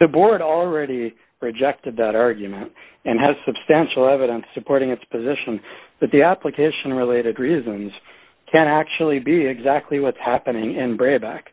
the board already rejected that argument and has substantial evidence supporting its position that the application related reasons can actually be exactly what's happening and grab back